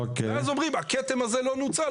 ואז אומרים: הכתם הזה לא נוצל,